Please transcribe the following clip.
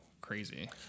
crazy